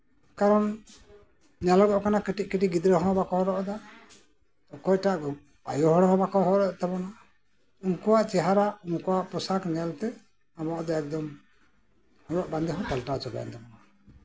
ᱠᱟᱨᱚᱱ ᱧᱮᱞᱚᱜᱚᱜ ᱠᱟᱱᱟ ᱠᱟᱹᱴᱤᱡ ᱠᱟᱹᱴᱤᱡ ᱜᱤᱫᱨᱟᱹ ᱦᱚᱸ ᱵᱟᱠᱚ ᱦᱚᱨᱚᱜ ᱮᱫᱟ ᱚᱠᱚᱭᱴᱟᱜ ᱟᱳ ᱦᱚᱲ ᱦᱚᱸ ᱵᱟᱠᱚ ᱦᱚᱨᱚᱜ ᱮᱜ ᱛᱟᱵᱳᱱᱟ ᱩᱱᱠᱩᱣᱟᱜ ᱪᱮᱦᱮᱨᱟ ᱩᱱᱠᱩᱣᱟᱜ ᱯᱳᱥᱟᱠ ᱧᱮᱞᱛᱮ ᱟᱵᱚᱣᱟᱜ ᱫᱚ ᱦᱚᱨᱚᱜ ᱵᱟᱸᱫᱮ ᱦᱚᱸ ᱯᱟᱞᱴᱟᱣ ᱪᱟᱵᱟᱭᱮᱱ ᱛᱟᱵᱳᱱᱟ